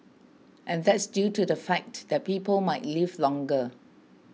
and that's due to the fact that people might live longer